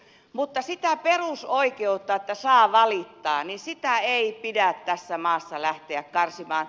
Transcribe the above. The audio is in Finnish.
mutta sitä perusoikeutta että saa valittaa ei pidä tässä maassa lähteä karsimaan